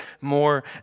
more